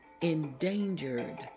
Endangered